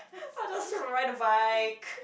I'll just ride a bike